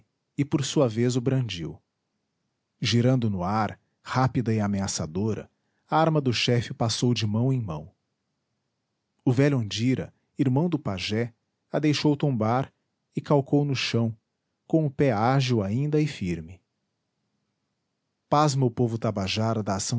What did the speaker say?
e por sua vez o brandiu girando no ar rápida e ameaçadora a arma do chefe passou de mão em mão o velho andira irmão do pajé a deixou tombar e calcou no chão com o pé ágil ainda e firme pasma o povo tabajara da ação